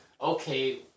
okay